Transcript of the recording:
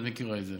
ואת מכירה את זה.